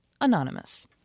Anonymous